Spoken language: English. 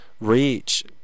reach